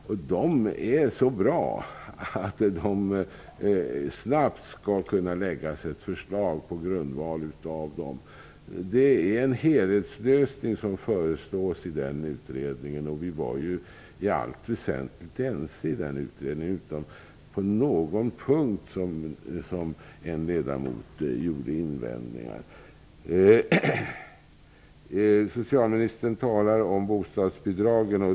De här förslagen är så bra att det snabbt kan läggas ett förslag på grundval av dem. Det är en helhetslösning som föreslås i utredningen, där vi i allt väsentligt var ense. Det var bara på någon punkt som en ledamot gjorde invändningar. Socialministern talar om bostadsbidragen.